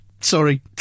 Sorry